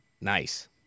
Nice